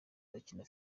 bakina